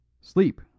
Sleep